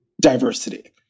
diversity